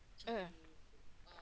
mm